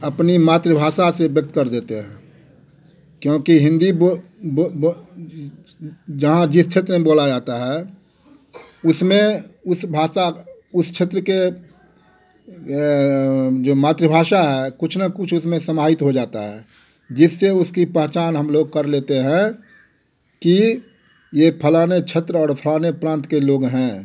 अपनी मातृभाषा से व्यक्त कर देते हैं क्योंकि हिंदी जहाँ जिस क्षेत्र में बोला जाता है उसमें उस भाषा उस क्षेत्र के जो मातृभाषा है कुछ न कुछ उसमें समाहित हो जाता है जिससे उसकी पहचान हम लोग कर लेते हैं कि ये फलाने क्षेत्र और फलाने प्रांत के लोग हैं